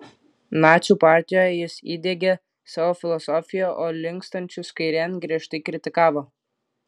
nacių partijoje jis įdiegė savo filosofiją o linkstančius kairėn griežtai kritikavo